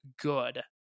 good